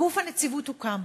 גוף הנציבות הוקם,